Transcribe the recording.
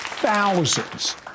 Thousands